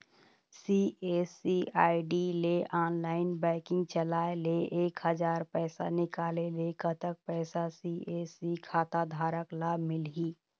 CSC ID ले online banking चलाए ले एक हजार पैसा निकाले ले कतक पैसा सी.एस.सी खाता धारक ला मिलही?